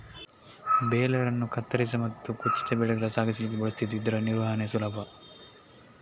baler ಅನ್ನು ಕತ್ತರಿಸಿದ ಮತ್ತು ಕೊಚ್ಚಿದ ಬೆಳೆಗಳ ಸಾಗಿಸ್ಲಿಕ್ಕೆ ಬಳಸ್ತಿದ್ದು ಇದ್ರ ನಿರ್ವಹಣೆ ಸುಲಭ